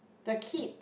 the keep